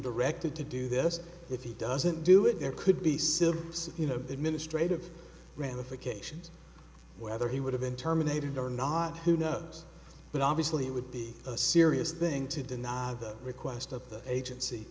directed to do this if he doesn't do it there could be sibs you know administrative ramifications whether he would have been terminated or not who knows but obviously it would be a serious thing to deny the request of the agency